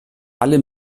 alle